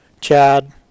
chad